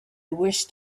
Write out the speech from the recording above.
wished